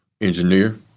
engineer